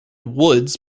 woods